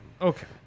Okay